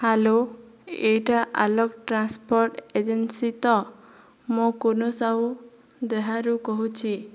hello ଏହିଟା Alok transport agency ତ ମୁଁ କୁନୁ ସାହୁ ଦହ୍ୟାରୁ କହୁଛି